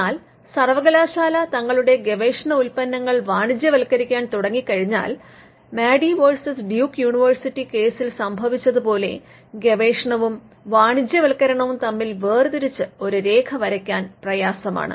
എന്നാൽ സർവകലാശാല തങ്ങളുടെ ഗവേഷണ ഉൽപ്പന്നങ്ങൾ വാണിജ്യവത്ക്കരിക്കാൻ തുടങ്ങികഴിഞ്ഞാൽ മാഡി വേഴ്സസ് ഡ്യൂക്ക് യൂണിവേഴ്സിറ്റി കേസിൽ സംഭവിച്ചതുപോലെ ഗവേഷണവും വാണിജ്യവത്ക്കരണവും തമ്മിൽ വേർതിരിച്ച് ഒരു രേഖ വരയ്ക്കാൻ പ്രയാസമാണ്